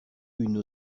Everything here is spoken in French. une